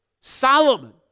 Solomon